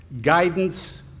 guidance